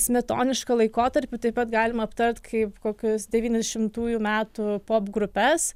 smetonišką laikotarpį taip pat galim aptart kaip kokius devyniasdešimtųjų metų popgrupes